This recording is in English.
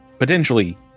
Potentially